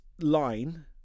line